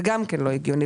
זה גם כן לא הגיוני,